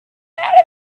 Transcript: out